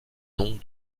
nom